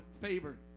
favor